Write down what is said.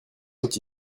sont